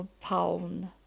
pound